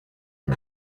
are